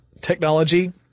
technology